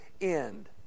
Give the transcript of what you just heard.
end